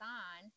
on